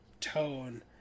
tone